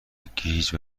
گیج